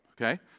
Okay